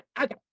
okay